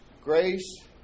Grace